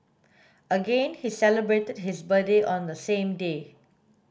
again he celebrated his birthday on the same day